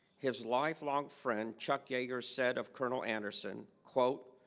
his lifelong friend chuck yeager said of colonel anderson, quote,